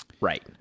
Right